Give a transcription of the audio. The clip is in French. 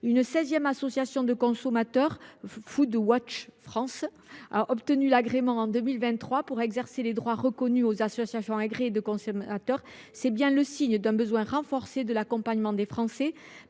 seizième association de consommateurs, Foodwatch France, a obtenu l’agrément pour exercer les droits reconnus aux associations agréées de consommateurs. C’est bien le signe d’un besoin renforcé de l’accompagnement des Français,